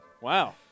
Wow